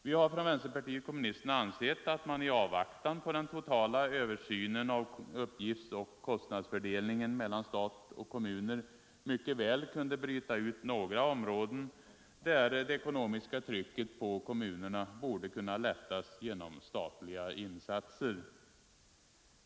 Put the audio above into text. Vi har från vänsterpartiet kommunisterna ansett att man i avvaktan på den totala översynen av uppgiftsoch kostnadsfördelning mellan stat och kommuner mycket väl kunde bryta ut några områden, där det ekonomiska trycket på kommunerna borde kunna lättas genom statliga insatser.